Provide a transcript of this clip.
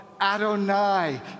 Adonai